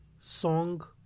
song